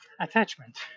attachment